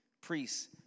priests